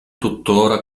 tuttora